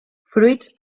fruits